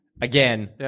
Again